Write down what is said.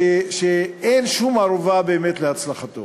שאין שום ערובה באמת להצלחתו?